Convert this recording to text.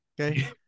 okay